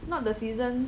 not the season